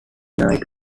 night